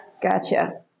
Gotcha